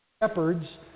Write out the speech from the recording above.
shepherds